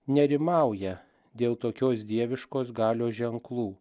nerimauja dėl tokios dieviškos galios ženklų